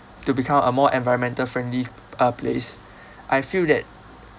to become a more environmental friendly uh place I feel that